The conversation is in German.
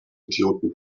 idioten